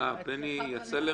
אבל כן אני רוצה להגיד